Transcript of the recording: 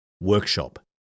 workshop